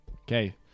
Okay